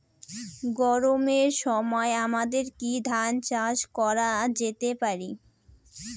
গরমের সময় আমাদের কি ধান চাষ করা যেতে পারি?